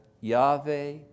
Yahweh